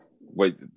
Wait